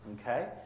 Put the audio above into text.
Okay